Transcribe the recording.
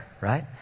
right